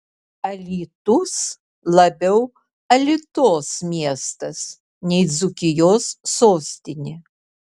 alytus labiau alitos miestas nei dzūkijos sostinė